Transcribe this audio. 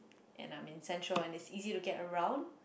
and I mean central and it's easy to get around